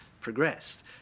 progressed